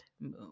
move